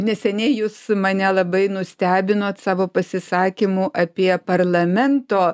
neseniai jūs mane labai nustebinot savo pasisakymu apie parlamento